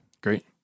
great